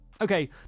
Okay